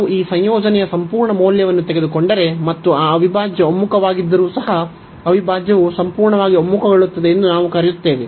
ನಾವು ಈ ಸಂಯೋಜನೆಯ ಸಂಪೂರ್ಣ ಮೌಲ್ಯವನ್ನು ತೆಗೆದುಕೊಂಡರೆ ಮತ್ತು ಆ ಅವಿಭಾಜ್ಯ ಒಮ್ಮುಖವಾಗಿದ್ದರೂ ಸಹ ಅವಿಭಾಜ್ಯವು ಸಂಪೂರ್ಣವಾಗಿ ಒಮ್ಮುಖಗೊಳ್ಳುತ್ತದೆ ಎಂದು ನಾವು ಕರೆಯುತ್ತೇವೆ